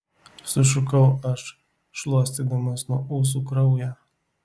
sušukau aš šluostydamas nuo ūsų kraują